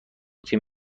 تیم